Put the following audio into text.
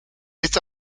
esta